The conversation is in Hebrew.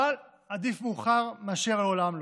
אבל עדיף מאוחר מאשר לעולם לא.